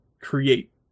create